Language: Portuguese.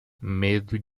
medo